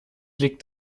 liegt